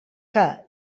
que